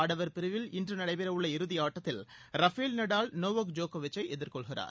ஆடவர் பிரிவில் இன்று நடைபெறவுள்ள இறுதி ஆட்டத்தில் ரபேல் நடால் நோவக் ஜோக்கோவிச்சை எதிர்கொள்கிறார்